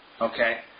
Okay